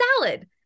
salad